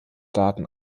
daten